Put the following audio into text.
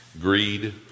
greed